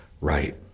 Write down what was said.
right